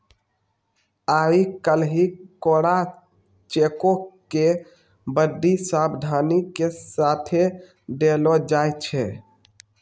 आइ काल्हि कोरा चेको के बड्डी सावधानी के साथे देलो जाय छै